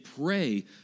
pray